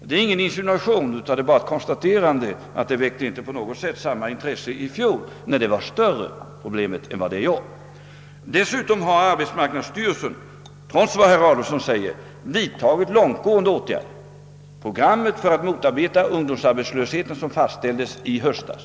Det är ingen insinuation utan bara ett konstaterande av att problemet inte väckte samma intresse i fjol, när det var större, än vad det gör i år. Trots vad herr Adolfsson säger har arbetsmarknadsstyrelsen vidtagit långtgående åtgärder. Programmet för att motarbeta ungdomsarbetslösheten fast ställdes i höstas.